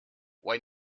why